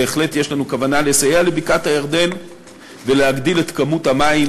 בהחלט יש לנו כוונה לסייע לבקעת-הירדן ולהגדיל את כמות המים